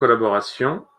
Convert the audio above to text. collaborations